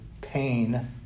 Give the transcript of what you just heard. pain